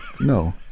No